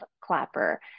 Clapper